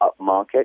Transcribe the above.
upmarket